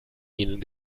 ihnen